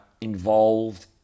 involved